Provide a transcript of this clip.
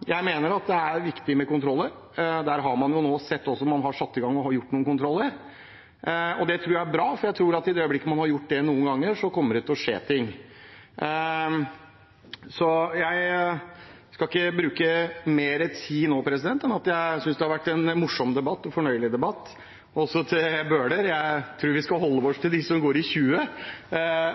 er bra, for jeg tror at i det øyeblikket man har gjort det noen ganger, kommer det til å skje ting. Jeg skal ikke bruke mer tid nå, men bare si at jeg synes det har vært en morsom og fornøyelig debatt. Og så til Bøhler: Jeg tror vi skal holde oss til dem som går i 20,